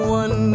one